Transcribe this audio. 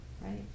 right